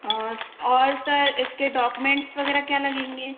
और और सर इसके डॉक्मेंट्स वगैरह क्या लगेंगे